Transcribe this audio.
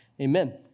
Amen